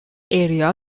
area